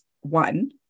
One